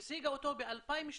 היא השיגה אותו ב-2012,